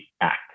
act